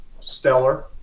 stellar